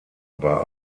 war